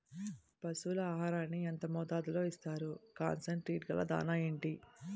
పశువుల ఆహారాన్ని యెంత మోతాదులో ఇస్తారు? కాన్సన్ ట్రీట్ గల దాణ ఏంటి?